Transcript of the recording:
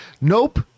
Nope